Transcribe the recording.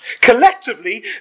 Collectively